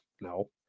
no